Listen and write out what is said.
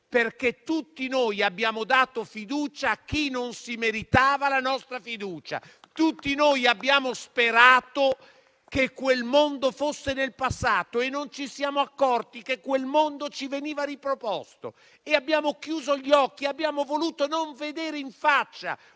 perché tutti noi abbiamo dato fiducia a chi non meritava la nostra fiducia. Tutti noi abbiamo sperato che quel mondo fosse del passato e non ci siamo accorti che quel mondo ci veniva riproposto. Abbiamo chiuso gli occhi, abbiamo voluto non vedere in faccia